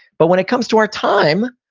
but when it comes to our time,